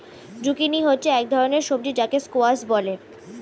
zucchini হচ্ছে এক ধরনের সবজি যাকে স্কোয়াশ বলে